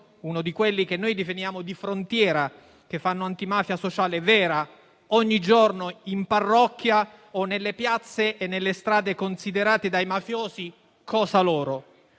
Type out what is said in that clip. uno di quelli che definiamo di frontiera, che fanno antimafia sociale vera ogni giorno in parrocchia o nelle piazze e nelle strade considerate dai mafiosi cosa loro.